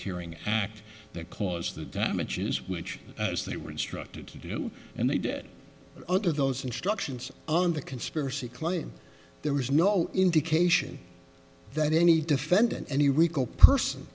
racketeering act that caused the damages which as they were instructed to do and they did under those instructions on the conspiracy claim there was no indication that any defendant any rico person